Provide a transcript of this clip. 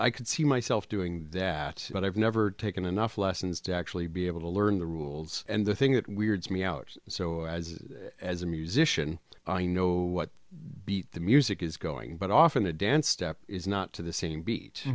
i could see myself doing that but i've never taken enough lessons to actually be able to learn the rules and the thing that weirds me out so as as a musician i know what beat the music is going but often the dance step is not to the same bea